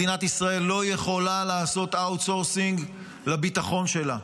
מדינת ישראל לא יכולה לעשות outsourcing לביטחון שלה.